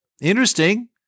Interesting